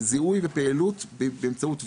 זיהוי ופעילות באמצעות וידאו,